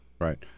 Right